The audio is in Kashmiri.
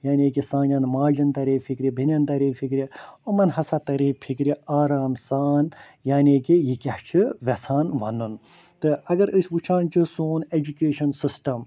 یعنی کہِ سانٮ۪ن ماجن تَرِہے فِکرِ بیٚنٮ۪ن ترِہے فکرِ یِمن ہَسا ترِہے فکرِِ آرام سان یعنی کہِ یہِ کیٛاہ چھُ یَژھان وَنُن تہٕ اگر أسۍ وُچھان چھِ سون ایٚجُوٗکیشَن سِسٹَم